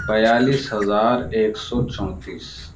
بیالیس ہزار ایک سو چونتیس